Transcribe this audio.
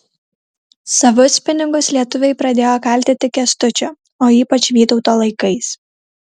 savus pinigus lietuviai pradėjo kalti tik kęstučio o ypač vytauto laikais